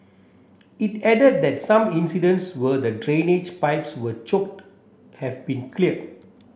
it added that some incidents were the drainage pipes were choked have been cleared